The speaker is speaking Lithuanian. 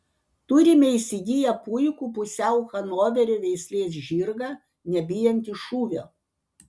turime įsigiję puikų pusiau hanoverio veislės žirgą nebijantį šūvio